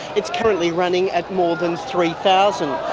it is currently running at more than three thousand.